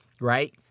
right